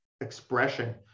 expression